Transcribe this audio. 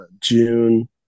June